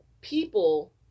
people